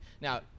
Now